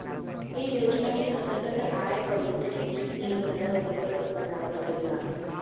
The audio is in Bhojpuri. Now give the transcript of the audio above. ऐ योजना के अंतर्गत आय बढ़ोतरी भी एक तरह विकल्प बतावल गईल बा